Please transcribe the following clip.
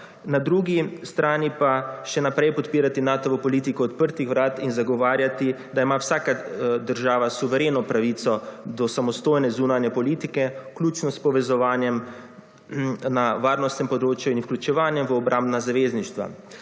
na drugi strani pa še naprej podpirati Natovo politiko odprtih vrat in zagovarjati, da ima vsaka država suvereno pravico do samostojne zunanje politike, vključno s povezovanjem na varnostnem področju in vključevanjem v obrambna zavezništva.